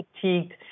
fatigued